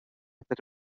per